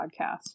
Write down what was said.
podcast